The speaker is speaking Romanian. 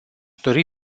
dori